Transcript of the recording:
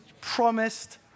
promised